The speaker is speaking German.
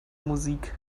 musik